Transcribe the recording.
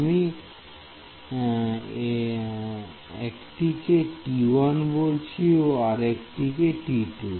আমি একটি কে T1 বলছি ও একটি কে T2